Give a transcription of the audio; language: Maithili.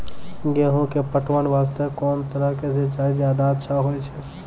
गेहूँ के पटवन वास्ते कोंन तरह के सिंचाई ज्यादा अच्छा होय छै?